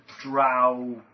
drow